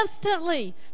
instantly